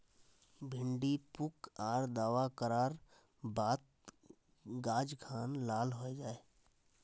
भिन्डी पुक आर दावा करार बात गाज खान लाल होए?